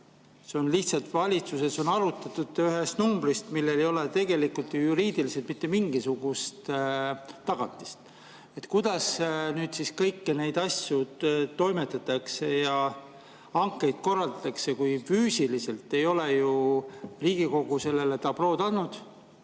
Lihtsalt valitsuses on arutatud ühte numbrit, millel ei ole tegelikult juriidiliselt mitte mingisugust tagatist. Kuidas nüüd kõiki neid asju toimetatakse ja hankeid korraldatakse, kui füüsiliselt ei ole ju Riigikogu andnud dabrood